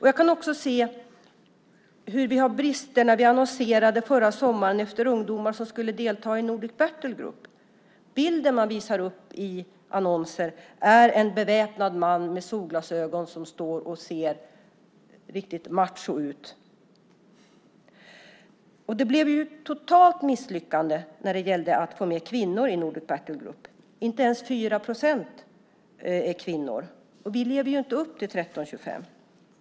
Jag kan också se att det var brister i hur och på vilket sätt man annonserade förra sommaren efter ungdomar som skulle delta i Nordic Battlegroup. Bilden i annonserna var en beväpnad man med solglasögon som ser macho ut. Det blev ett totalt misslyckande att få med kvinnor i NBG-styrkan. Inte ens 4 procent är kvinnor. Vi lever inte upp till resolution 1325.